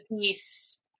piece